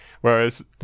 Whereas